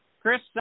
Chris